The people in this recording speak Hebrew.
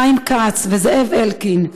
חיים כץ וזאב אלקין,